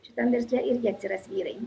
šitam versle irgi atsiras vyrai